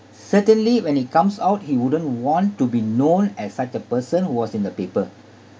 certainly when he comes out he wouldn't want to be known as like the person who was in the paper